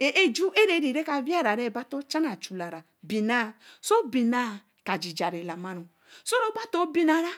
á é ju areni ra awia ra ba tóó chan ran chulara nii bena so bena ka gijar lama ru so bai too benera,